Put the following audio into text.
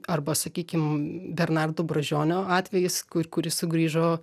arba sakykim bernardo brazdžionio atvejis kur kuris sugrįžo